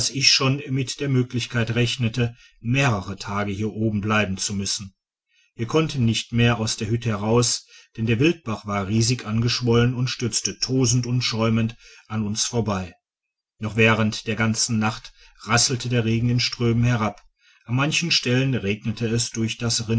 ich schon mit der möglichkeit rechnete mehrere tage hier oben bleiben zu müssen wir konnten nicht mehr aus der hütte heraus denn der wildbach war riesig angeschwollen und stürzte tosend und schäumend an uns vorbei noch während der ganzen nacht rasselte der regen in strömen herab an manchen stellen regnete es durch das